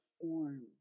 form